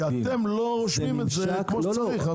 כי אתם לא רושמים את זה כמו שצריך.